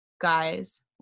guys